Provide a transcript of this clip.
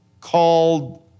called